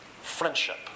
Friendship